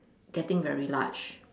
getting very large